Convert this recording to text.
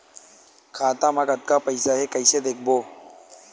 खाता मा कतका पईसा हे कइसे देखबो?